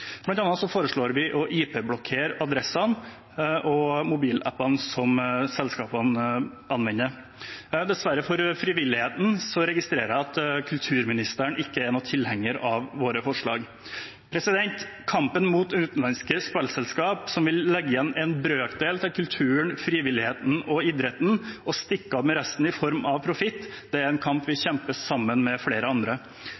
frivilligheten så registrerer jeg at kulturministeren ikke er en tilhenger av våre forslag. Kampen mot utenlandske spillselskaper som vil legge igjen en brøkdel til kulturen, frivilligheten og idretten og stikke av med resten i form av profitt, er en kamp vi